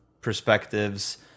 perspectives